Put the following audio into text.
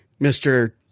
Mr